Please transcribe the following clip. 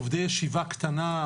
עובדי ישיבה קטנה,